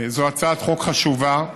זו הצעת חוק חשובה.